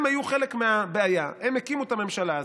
הם היו חלק מהבעיה, הם הקימו את הממשלה הזאת,